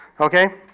okay